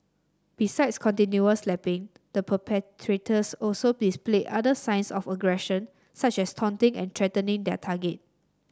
besides continual slapping the perpetrators also displayed other signs of aggression such as taunting and threatening their target